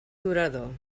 durador